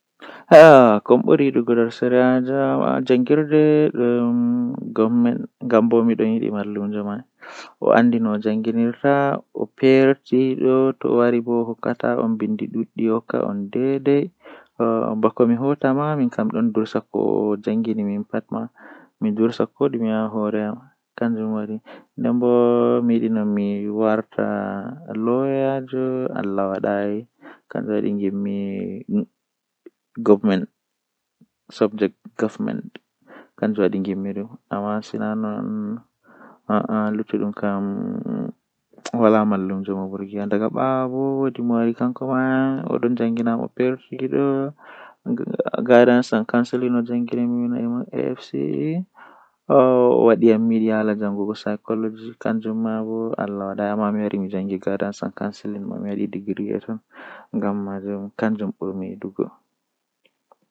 Ko ɗuum ɗum faamataa no waɗata baɗtuɗo ngol, sabu ɓeen ɗuum njippeeɗi ɗum no waɗi goonga. So waɗi e naatugol mawɗi, ngam neɗɗo ɓe njogiri e laabi maa e njohi maa, ɓe njari ɗum no waɗi gooto ɗe fami ko a woodi ko waawataa.